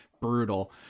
brutal